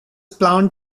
planned